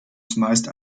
zumeist